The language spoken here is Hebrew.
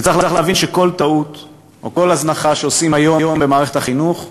וצריך להבין שכל טעות או כל הזנחה שעושים היום במערכת החינוך,